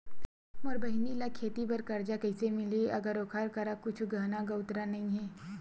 मोर बहिनी ला खेती बार कर्जा कइसे मिलहि, अगर ओकर करा कुछु गहना गउतरा नइ हे?